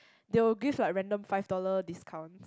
they will give like random five dollar discounts